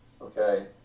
okay